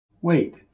Wait